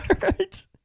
right